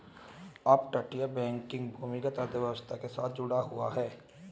अपतटीय बैंकिंग भूमिगत अर्थव्यवस्था के साथ जुड़ा हुआ है